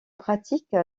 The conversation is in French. pratique